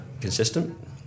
consistent